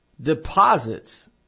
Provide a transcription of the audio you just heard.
Deposits